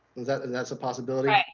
that's and that's a possibility?